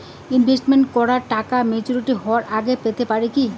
Invest করা টাকা maturity হবার আগেই পেতে পারি কি?